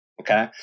Okay